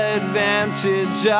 advantage